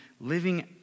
living